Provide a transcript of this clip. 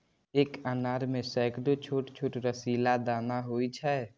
एक अनार मे सैकड़ो छोट छोट रसीला दाना होइ छै